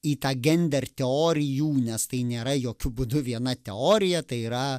į tą gender teorijų nes tai nėra jokiu būdu viena teorija tai yra